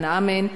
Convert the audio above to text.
והנאה מהן,